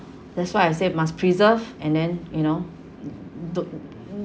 that's why I say must preserve and then you know the